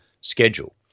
schedule